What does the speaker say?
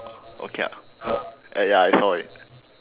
okay ya I saw already